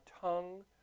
tongue